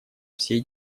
всей